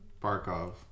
Barkov